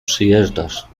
przyjeżdżasz